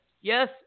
Yes